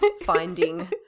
finding